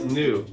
new